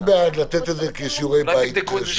אני בעד לתת את זה כשיעורי בית.